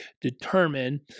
determine